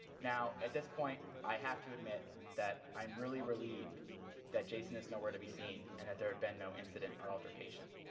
now, at this point, i have to admit that i'm really relieved that jason is nowhere to be seen and that there had been no incident or altercation.